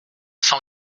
cent